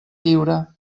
lliure